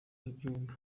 byumba